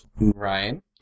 Ryan